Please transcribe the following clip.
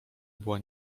była